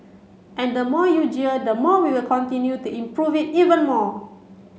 and the more you jeer the more we will continue to improve it even more